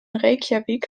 reykjavík